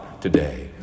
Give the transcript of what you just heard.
today